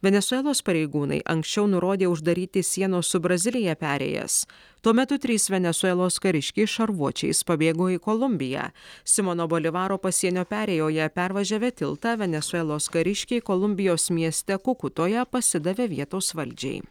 venesuelos pareigūnai anksčiau nurodė uždaryti sienos su brazilija perėjas tuo metu trys venesuelos kariškiai šarvuočiais pabėgo į kolumbiją simono bolivaro pasienio perėjoje pervažiavę tiltą venesuelos kariškiai kolumbijos mieste kukutoje pasidavė vietos valdžiai